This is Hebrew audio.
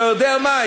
אתה יודע מה?